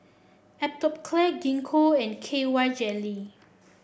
Atopiclair Gingko and K Y Jelly